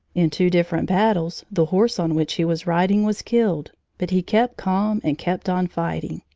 in two different battles the horse on which he was riding was killed, but he kept calm and kept on fighting.